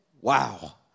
Wow